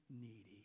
needy